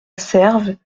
serve